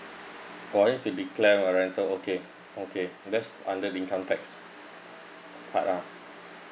oh I need to declare my rental okay okay that's under the income tax apt lah